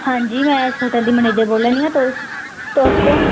हां जी मैं इस होटल दी मनेजर बोलै नी आं तुस तुस कौन